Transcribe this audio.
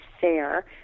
fair